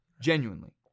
Genuinely